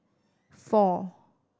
four